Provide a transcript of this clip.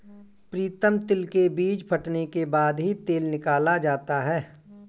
प्रीतम तिल के बीज फटने के बाद ही तेल निकाला जाता है